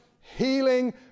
healing